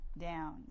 down